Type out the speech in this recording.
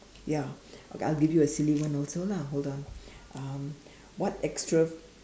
ya okay I'll give you a silly one also lah hold on um what extra